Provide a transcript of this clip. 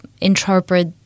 interpret